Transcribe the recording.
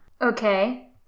Okay